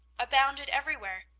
abounded everywhere.